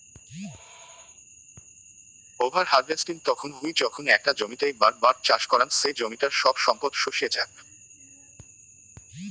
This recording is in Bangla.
ওভার হার্ভেস্টিং তখন হই যখন একটা জমিতেই বার বার চাষ করাং সেই জমিটার সব সম্পদ শুষিয়ে যাক